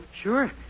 Sure